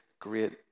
great